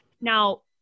now